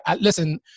Listen